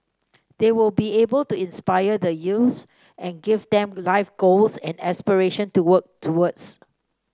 they will be able to inspire the youths and give them life goals and aspirations to work towards